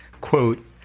quote